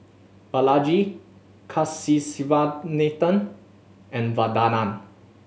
Balaji Kasiviswanathan and Vandana